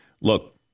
look